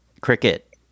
cricket